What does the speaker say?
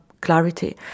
clarity